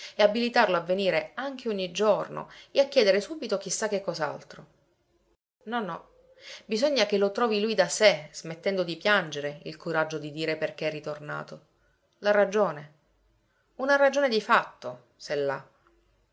e abilitarlo a venire anche ogni giorno e a chiedere subito chi sa che cos'altro no no bisogna che lo trovi lui da sé smettendo di piangere il coraggio di dire perché è ritornato la ragione una ragione di fatto se l'ha